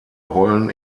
rollen